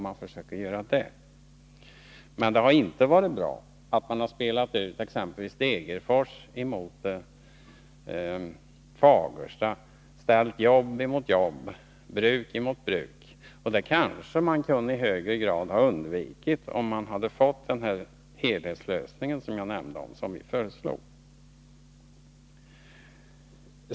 Men det har inte varit bra att man spelat ut exempelvis Degerfors mot Fagersta och ställt jobb emot jobb och bruk emot bruk. Det kunde man kanske i högre grad ha undvikit, om den helhetslösning som vi föreslog hade genomförts.